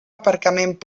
aparcament